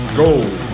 gold